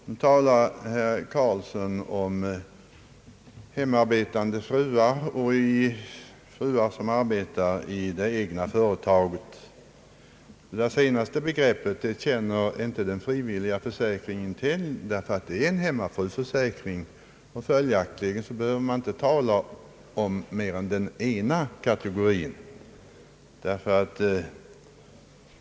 Nu talar herr Carlsson om hemarbetande fruar och fruar som arbetar i det egna företaget. Detta senare begrepp känner den frivilliga försäkringen inte till. Den är en hemmafruförsäkring, och följaktligen behöver man inte tala om mer än den ena kategorin.